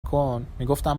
کن، میگفتم